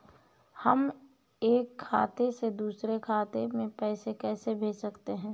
हम एक खाते से दूसरे खाते में पैसे कैसे भेज सकते हैं?